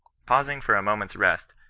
pausing for a moment's rest,